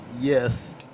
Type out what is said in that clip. Yes